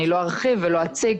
אני לא ארחיב ולא אציג,